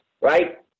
right